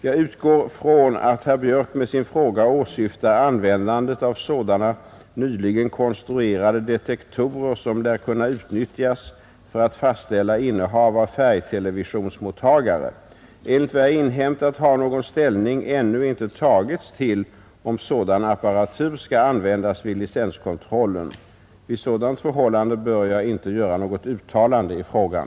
Jag utgår från att herr Björk med sin fråga åsyftar användandet av sådana nyligen konstruerade detektorer som lär kunna utnyttjas för att fastställa innehav av färgtelevisionsmottagare. Enligt vad jag inhämtat har någon ställning ännu inte tagits till om sådan apparatur skall användas vid licenskontrollen. Vid sådant förhållande bör jag inte göra något uttalande i frågan.